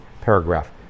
paragraph